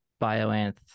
bioanth